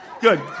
Good